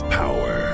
power